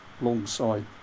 alongside